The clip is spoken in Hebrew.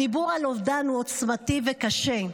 הדיבור על אובדן הוא עוצמתי וקשה.